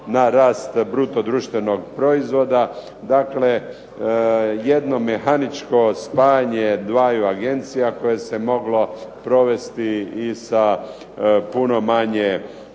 na rast bruto društvenog proizvoda. Dakle, jedno mehaničko spajanje dvaju agencija koje se moglo provesti i sa puno manje napora